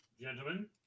Gentlemen